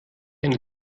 eine